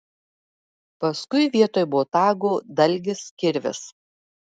paskui vietoj botago dalgis kirvis